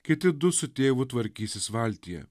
kiti du su tėvu tvarkysis valtyje